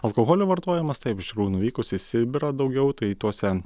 alkoholio vartojimas taip iš tikrųjų nuvykus į sibirą daugiau tai tuose